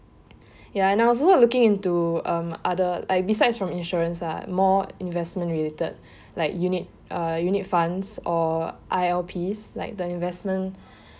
ya and I was also looking into um other like beside from insurance lah more investment related like unit uh unit funds or I_L_Ps like the investment